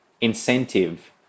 incentive